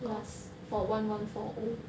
was for one one four O